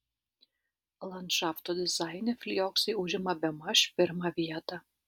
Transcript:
landšafto dizaine flioksai užima bemaž pirmą vietą